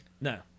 No